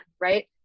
right